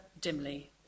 dimly